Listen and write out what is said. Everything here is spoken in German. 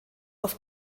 auf